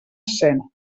escena